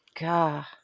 God